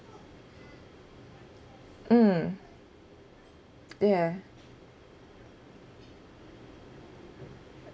mm ya